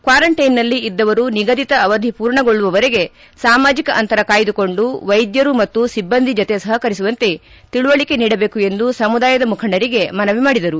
ಕ್ವಾರಂಟೈನ್ನಲ್ಲಿ ಇದ್ದವರು ನಿಗದಿತ ಅವಧಿ ಪೂರ್ಣಗೊಳ್ಳುವವರೆಗೆ ಸಾಮಾಜಿಕ ಅಂತರ ಕಾಯ್ದುಕೊಂಡು ವೈದ್ಯರು ಮತ್ತು ಸಿಬ್ಬಂದಿ ಜತೆ ಸಹಕರಿಸುವಂತೆ ತಿಳಿವಳಿಕೆ ನೀಡಬೇಕು ಎಂದು ಸಮುದಾಯದ ಮುಖಂಡರಿಗೆ ಮನವಿ ಮಾಡಿದರು